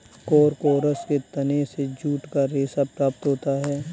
Corchorus के तने से जूट का रेशा प्राप्त होता है